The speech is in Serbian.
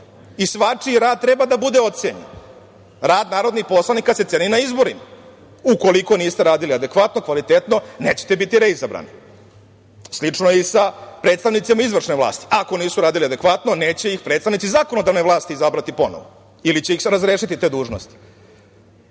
i svačiji rad treba da bude ocenjen. Rad narodnih poslanika se ceni na izborima, ukoliko nisu radili adekvatno, kvalitetno nećete biti reizabrani. Slično je i sa predstavnicima izvršne vlasti, ako nisu radili adekvatno neće ih predstavnici zakonodavne vlasti izabrati ponovo ili će ih razrešiti te dužnosti.A